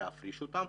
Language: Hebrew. להפריש אותם,